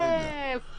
אז אני לא יודע.